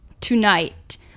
tonight